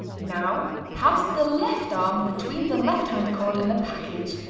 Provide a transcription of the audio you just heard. now pass the left arm between the left-hand cord and the package